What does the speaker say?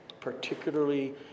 particularly